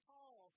Paul